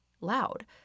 loud